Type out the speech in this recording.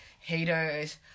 haters